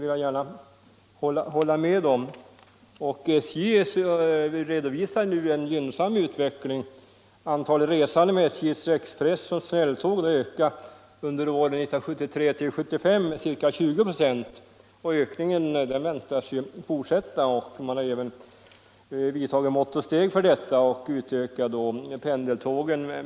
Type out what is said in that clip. Jag vill gärna hålla med om det. SJ redovisar ju en gynnsam utveckling. Antalet resande med SJ:s expressoch snälltåg har ökat under åren 1973-1975 med ca 20 26, och den ökningen väntas fortsätta. Man har även vidtagit mått och steg med anledning härav, bl.a. genom utökning av pendeltågen.